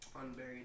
unburied